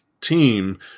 team